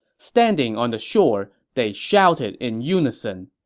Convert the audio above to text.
standing on the shore, they shouted in unison,